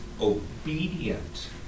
obedient